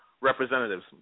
representatives